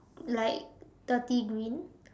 like dirty green